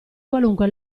qualunque